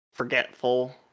Forgetful